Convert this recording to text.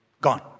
Gone